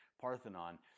Parthenon